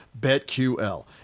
BetQL